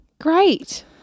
Great